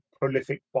prolific